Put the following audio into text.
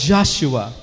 Joshua